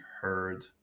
heard